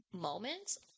moments